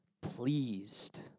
pleased